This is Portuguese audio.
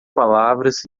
palavras